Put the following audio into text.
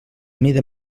mida